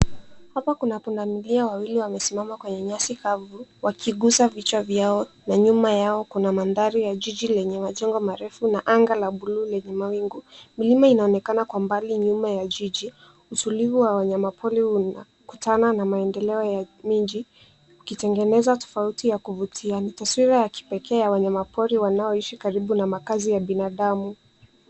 Hapa kuna punda milia wawili wamesimama kwenye nyasi kavu wakigusa vichwa vyao na nyuma yao kuna mandhari ya jiji lenye majengo marefu na anga la buluu lenye mawingu. Milima inaonekana kwa mbali nyuma ya jiji. Utulivu wa wanyama pori unakutana na maendeleo ya mji, ikitengeneza tofauti ya kuvutia. Ni taswira ya kipekee ya wanyama pori wanaoishi karibu na makazi ya binadamu.